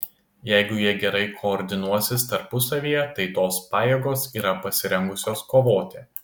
jeigu jie gerai koordinuosis tarpusavyje tai tos pajėgos yra pasirengusios kovoti